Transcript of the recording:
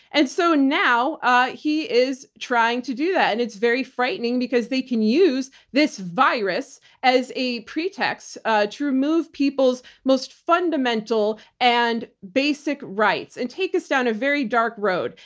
and so now he is trying to do that. and it's very frightening because they can use this virus as a pretext ah to move people's most fundamental and basic rights and take us down a very dark road.